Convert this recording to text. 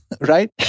right